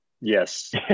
Yes